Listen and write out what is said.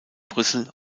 brüssel